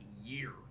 year